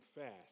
fast